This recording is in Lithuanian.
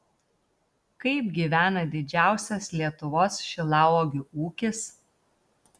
kaip gyvena didžiausias lietuvos šilauogių ūkis